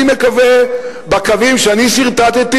אני מקווה בקווים שאני סרטטתי.